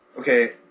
Okay